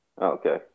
Okay